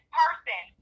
person